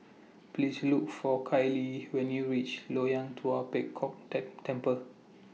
Please Look For Kailey when YOU REACH Loyang Tua Pek Kong Temple